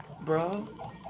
bro